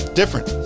different